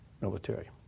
military